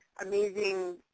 amazing